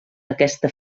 aquesta